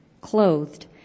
clothed